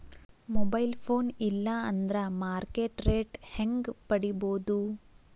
Mobile phone ಇಲ್ಲಾ ಅಂದ್ರ market rate ಹೆಂಗ್ ಪಡಿಬೋದು?